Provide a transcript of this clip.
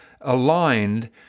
aligned